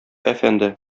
әфәнде